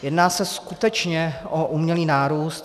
Jedná se skutečně o umělý nárůst.